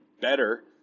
better